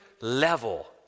level